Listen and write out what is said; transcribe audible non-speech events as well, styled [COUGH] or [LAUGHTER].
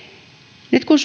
nyt kun [UNINTELLIGIBLE]